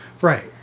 right